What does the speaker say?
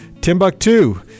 Timbuktu